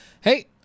Hey